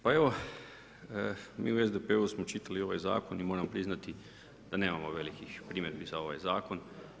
Pa evo mi u SDP-u smo čitali ovaj zakon i moramo priznati da nemamo velikih primjedbi za ovaj zakon.